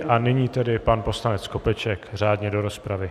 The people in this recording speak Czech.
A nyní tedy pan poslanec Skopeček řádně do rozpravy.